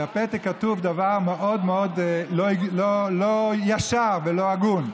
ובפתק כתוב דבר מאוד מאוד לא ישר ולא הגון.